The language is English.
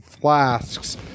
flasks